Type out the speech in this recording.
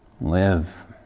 Live